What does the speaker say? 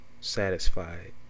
satisfied